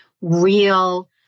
real